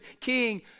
king